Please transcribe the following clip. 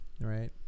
right